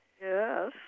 yes